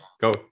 go